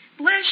Bless